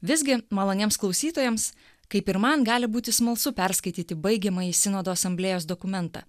visgi maloniems klausytojams kaip ir man gali būti smalsu perskaityti baigiamąjį sinodo asamblėjos dokumentą